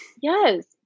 Yes